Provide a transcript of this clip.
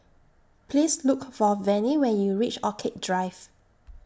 Please Look For Vennie when YOU REACH Orchid Drive